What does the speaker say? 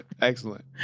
Excellent